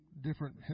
different